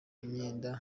imyenda